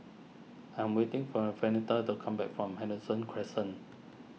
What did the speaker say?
I'm waiting for Venita to come back from Henderson Crescent